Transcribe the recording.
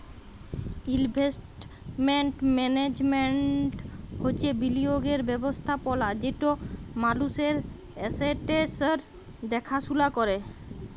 investment management হছে বিলিয়গের ব্যবস্থাপলা যেট মালুসের এসেট্সের দ্যাখাশুলা ক্যরে